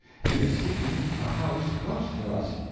he is seeking a house close to us